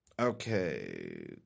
Okay